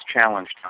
challenged